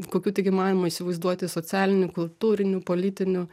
kokių tik įmanoma įsivaizduoti socialinių kultūrinių politinių